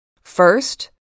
First